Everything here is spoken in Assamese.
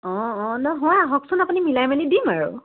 অঁ অঁ ন হয় আপুনি আহকচোন মিলাই মেলি দিম আৰু